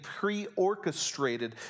preorchestrated